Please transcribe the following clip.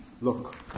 look